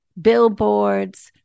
billboards